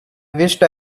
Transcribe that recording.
wished